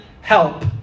help